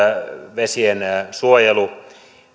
vesiensuojelu